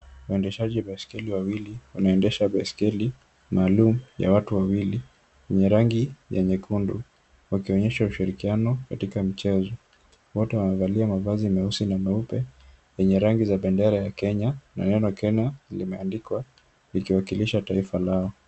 Waendeshaji baiskeli wawili wanaendesha baiskeli maalum ya watu wawili yenye rangi ya nyekundu wakionyesha ushirikiano katika mchezo. Wote wamevalia mavazi meusi na meupe yenye rangi za bendera ya Kenya. Neno kenya limeandikwa likiwakilisha taifa lao.